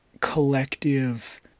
collective